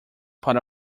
part